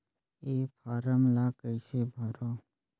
ये फारम ला कइसे भरो?